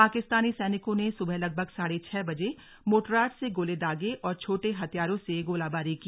पाकिस्तानी सैनिकों ने सुबह लगभग साढ़े छह बजे मोर्टार से गोले दागे और छोटे हथियारों से गोलीबारी की